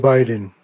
Biden